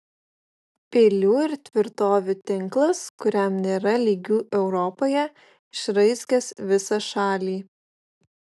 pilių ir tvirtovių tinklas kuriam nėra lygių europoje išraizgęs visą šalį